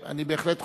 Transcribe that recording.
אני בהחלט חושב,